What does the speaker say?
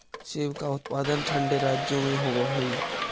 सेब का उत्पादन ठंडे राज्यों में होव हई